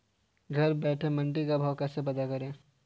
घर बैठे मंडी का भाव कैसे पता करें?